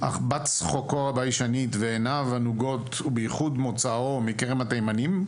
אך בת צחוקו הביישנית ועינו הנוגות ובייחוד מוצאו מכרם התימנים,